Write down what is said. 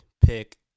pick